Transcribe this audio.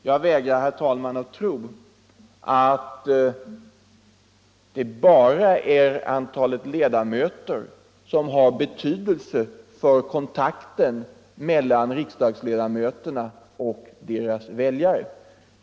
Jag vägrar, herr talman, att tro att det bara är antalet ledamöter som har betydelse för kontakten mellan riksdagsledamöterna och deras väljare.